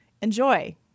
Enjoy